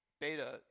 beta